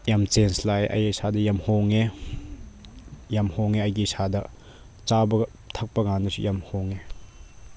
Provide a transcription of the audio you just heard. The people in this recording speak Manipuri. ꯌꯥꯝ ꯆꯦꯟꯖ ꯂꯥꯛꯑꯦ ꯑꯩ ꯏꯁꯥꯗ ꯌꯥꯝ ꯍꯣꯡꯉꯦ ꯌꯥꯝ ꯍꯣꯡꯉꯦ ꯑꯩꯒꯤ ꯏꯁꯥꯗ ꯆꯥꯕ ꯊꯛꯄꯀꯥꯟꯗꯁꯨ ꯌꯥꯝ ꯍꯣꯡꯉꯦ